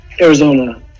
Arizona